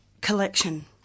collection